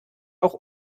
auch